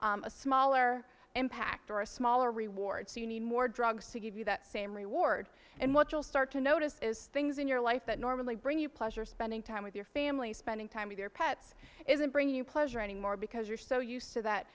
a smaller impact or a smaller reward so you need more drugs to give you that same reward and what you'll start to notice is things in your life that normally bring you pleasure spending time with your family spending time with their pets isn't bring you pleasure any more because you're so used to that